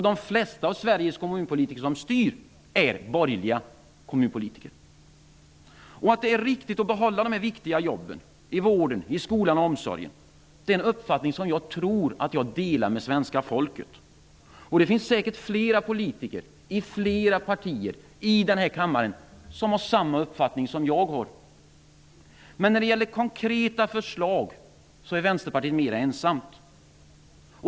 De flesta av de kommunpolitiker som styr i Sverige är borgerliga. Det är riktigt att behålla de viktiga jobben i vården, skolan och omsorgen. Det är en uppfattning som jag tror att jag delar med det svenska folket. Det finns säkert flera politiker i flera partier i denna kammare som har samma uppfattning som jag har. Men när det gäller konkreta förslag är Vänsterpartiet mer ensamt.